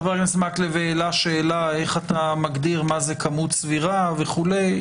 חבר הכנסת העלה שאלה איך את מגדיר מה זה כמות סבירה וכולי.